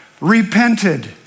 repented